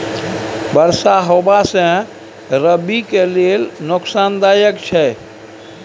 बरसा होबा से रबी के लेल नुकसानदायक छैय?